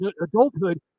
adulthood